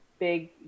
Big